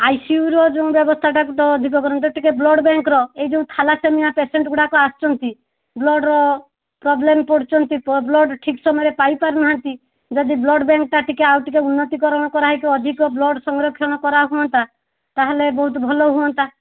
ଆଇସିୟୁର ଯେଉଁ ବ୍ୟବସ୍ତାଟା ଟିକିଏ ଅଧିକା କରନ୍ତେ ଟିକିଏ ବ୍ଲଡ଼୍ ବ୍ୟାଙ୍କର ଏଇ ଯେଉଁ ଥାଲାସେମିଆ ପେସେଣ୍ଟ୍ ଗୁଡାକ ଆସୁଛନ୍ତି ବ୍ଲଡ଼୍ ର ପ୍ରୋବ୍ଲେମ୍ ପଡ଼ୁଛନ୍ତି ବ୍ଲଡ଼୍ ଠିକ୍ ସମୟରେ ପାଇପାରୁନାହାନ୍ତି ଯଦି ବ୍ଲଡ଼୍ ବ୍ୟାଙ୍କଟା ଟିକିଏ ଆଉ ଟିକିଏ ଉନ୍ନତିକରଣ କରାହେଇକି ଅଧିକ ବ୍ଲଡ଼୍ ସଂରକ୍ଷଣ କରାହୁଅନ୍ତା ତାହେଲେ ବହୁତ ଭଲ ହୁଅନ୍ତା